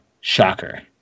shocker